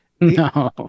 No